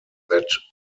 that